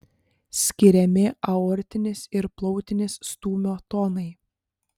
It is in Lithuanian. skiriami aortinis ir plautinis stūmio tonai